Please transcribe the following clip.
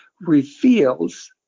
reveals